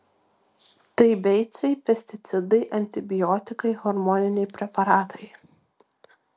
tai beicai pesticidai antibiotikai hormoniniai preparatai